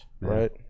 right